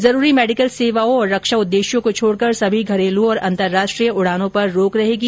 जरूरी मेडिकल सेवाओं और रक्षा उद्देश्यों को छोडकर सभी घरेलू और अंतर्राष्ट्रीय उडानों पर रोक रहेगी